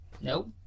nope